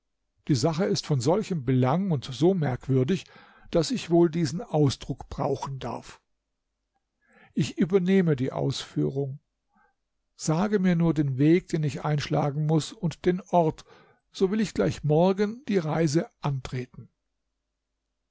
die sache ist von solchem belang und so merkwürdig daß ich wohl diesen ausdruck brauchen darf ich übernehme die ausführung sage mir nur den weg den ich einschlagen muß und den ort so will ich gleich morgen die reise antreten